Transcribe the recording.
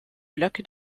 blöcke